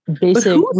basic